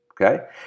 okay